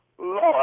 Lord